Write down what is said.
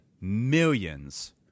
millions